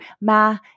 Ma